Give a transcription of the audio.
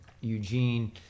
Eugene